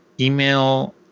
email